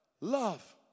love